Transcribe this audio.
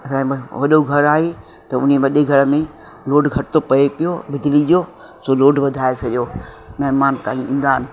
असांखे बसि वॾो घरु आहे त उन वॾे घर में लोड घटि थो पए पियो बिजिली जो सो लोड वधाए छॾियो महिमान त ईंदा आहिनि